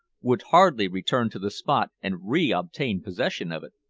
would hardly return to the spot and re-obtain possession of it.